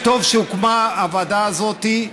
טוב שהוקמה הוועדה הזאת,